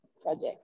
project